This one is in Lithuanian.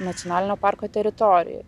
nacionalinio parko teritorijoj